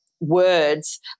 Words